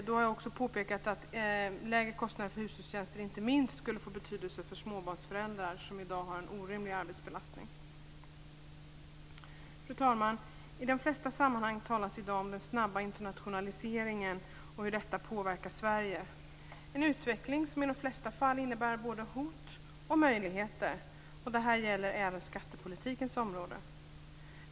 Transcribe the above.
Då har jag också påpekat att lägre kostnader för hushållstjänster inte minst skulle få betydelse för småbarnsföräldrar som i dag har en orimlig arbetsbelastning. Fru talman! I de flesta sammanhang talas det i dag om den snabba internationaliseringen och hur den påverkar Sverige. Det är en utveckling som i de flesta fall innebär både hot och möjligheter. Det gäller även skattepolitikens område.